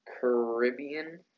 Caribbean